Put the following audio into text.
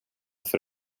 för